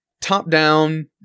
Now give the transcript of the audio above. top-down